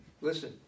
Listen